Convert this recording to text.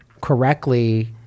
correctly